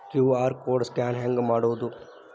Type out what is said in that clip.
QR code scan ಹೆಂಗ್ ಮಾಡೋದು?